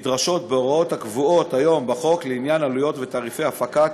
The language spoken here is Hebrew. נדרשות בהוראות הקבועות היום בחוק לעניין עלויות ותעריפי הפקת